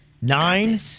nine